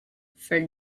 for